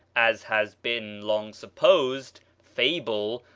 as has been long supposed, fable,